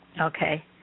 Okay